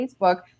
Facebook